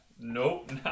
nope